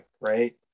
Right